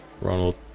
Ronald